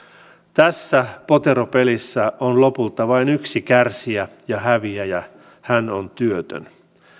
tässä poteropelissä on lopulta vain yksi kärsijä ja häviäjä hän on työtön